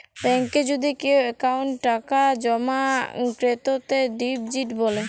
ব্যাংকে যদি কেও অক্কোউন্টে টাকা জমা ক্রেতাকে ডিপজিট ব্যলে